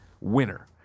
winner